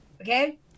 Okay